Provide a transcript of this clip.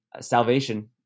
salvation